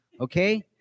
okay